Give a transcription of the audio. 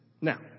Now